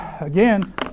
again